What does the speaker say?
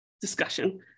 discussion